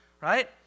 right